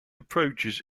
approaches